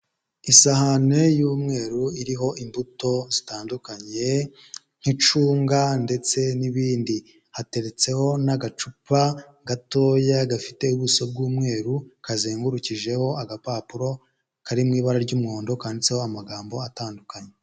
Isahane y'umweru iriho imbuto zitandukanye nk'icunga ndetse n'ibindi. Hateretseho n'agacupa gatoya, gafite ubuso bw'umweru, kazengurukijeho agapapuro kari mu ibara ry'umuhondo, kanditseho amagambo atandukanye.